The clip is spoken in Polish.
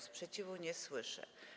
Sprzeciwu nie słyszę.